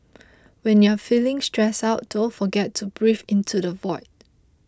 when you are feeling stressed out don't forget to breathe into the void